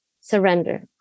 surrender